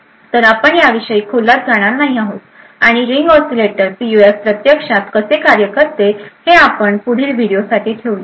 तर आपण याविषयी खोलात जाणार नाही आहोत आणि हे रिंग ऑसीलेटर पीयूएफ प्रत्यक्षात कसे कार्य करते हे आपण पुढील व्हिडिओसाठी ठेवू